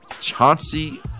Chauncey